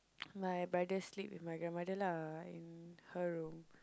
my brother sleep with my grandmother lah in her room